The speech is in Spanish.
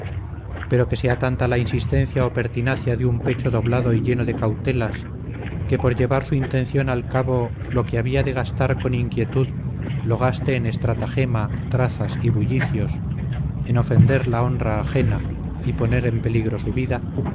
pero que sea tanta la insistencia o pertinacia de un pecho doblado y lleno de cautelas que por llevar su intención al cabo lo que había de gastar con inquietud lo gaste en estratagema trazas y bullicios en ofender la honra ajena y poner en peligro su vida